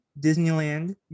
Disneyland